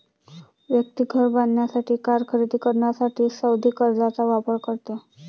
व्यक्ती घर बांधण्यासाठी, कार खरेदी करण्यासाठी सावधि कर्जचा वापर करते